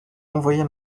envoyait